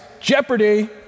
Jeopardy